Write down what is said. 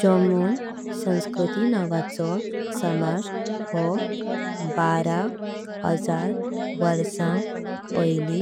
जोमन संस्कृति नावाचो समाज हो बारा हजार वर्षां। पायली